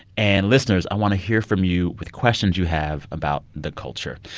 and, listeners, i want to hear from you with questions you have about the culture.